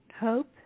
Hope